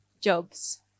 jobs